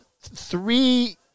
three